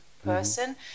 person